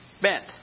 bent